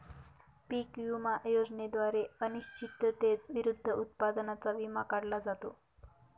पीक विमा योजनेद्वारे अनिश्चिततेविरुद्ध उत्पादनाचा विमा काढला जातो